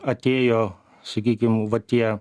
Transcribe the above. atėjo sakykim va tie